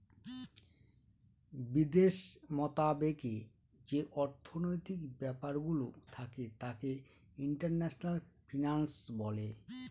বিদেশ মতাবেকে যে অর্থনৈতিক ব্যাপারগুলো থাকে তাকে ইন্টারন্যাশনাল ফিন্যান্স বলে